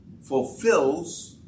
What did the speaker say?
fulfills